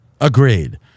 Agreed